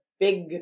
big